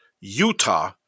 utah